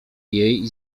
jej